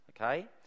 okay